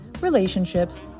relationships